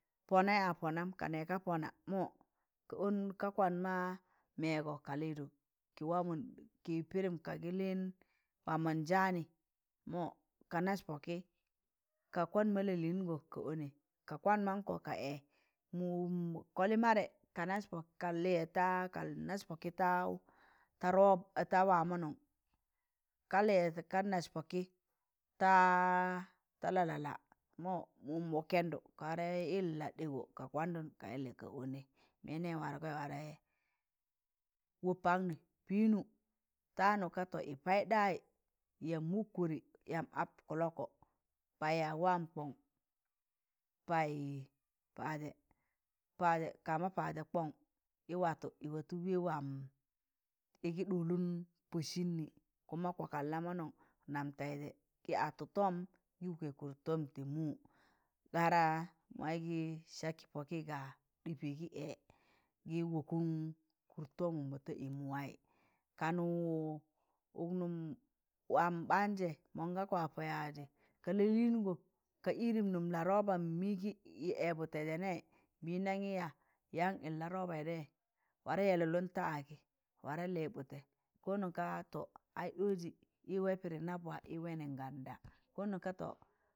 Pọna ya pọnam ka nẹẹg ka pọna mọ ka kwan ma mẹẹgọ ka lịịdịị kị wamọn ɗị kị pịdịm kaagị lịịn wamọnnjanị mọ ka nas pọkị ta ta wamọnọn ka lịyẹ ka nas pọkị ta ra lalalla mọ mụm mọ kẹndụ ka warẹ yịl la ɗẹẹgọ ka kwadụn ka yịllẹ ka ọnẹ mẹndagị warẹ wọp paknị pịnụ tanụ ka to yị paịɗayị yamb wọk kụdị yamb ap kụlọkọ payaag waam kọn, paị paazẹ kama paazẹ kọn, yị watọ yị watọ wẹẹ waam yịgị ɗụlụn pọsịnnị kuma kwakwalla mọnọn nam taịzẹ gị atọ tọm kị wọkẹ kụd tọm tị mụm gara mọyị gị saa kị pọkịga ɗịpịgị ẹẹ, gị wakụn kụd tọm da ị mụwaị, kanụ ụk nụm waam baanzẹ mọnga kwa pọ yaịzị ka lalịịngọ ka irin num la roba mịgị ẹẹbụtẹjẹ nẹ nbịndangị yaa yaan yịị la robai tẹẹ warẹ yẹllụlụn da agị warẹ lịịbụtẹ ko non ga to aị ɗọọzi ị waị pịdị nabwa ị wanịn ganda, konon ga to,